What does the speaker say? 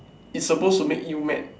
it's supposed to make you mad